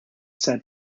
said